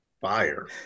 Fire